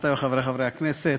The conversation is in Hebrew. חברותי וחברי חברי הכנסת,